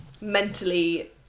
mentally